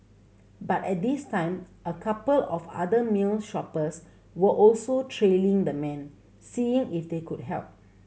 but at this time a couple of other meal shoppers were also trailing the man seeing if they could help